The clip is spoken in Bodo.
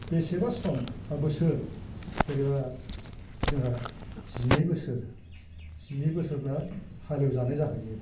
बेसेबा सम बा बोसोर जेरोबा जोंहा जिनै बोसोर जिनै बोसोरब्ला हाल एव जानाय जाहैयो